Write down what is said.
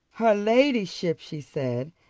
her ladyship, she said,